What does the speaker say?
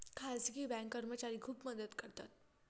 खाजगी बँक कर्मचारी खूप मदत करतात